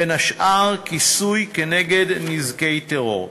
בין השאר כיסוי כנגד נזקי טרור.